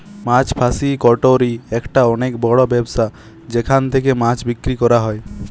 মাছ fish factory একটা অনেক বড় ব্যবসা যেখান থেকে মাছ বিক্রি করা হয়